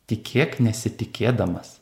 tikėk nesitikėdamas